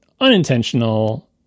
unintentional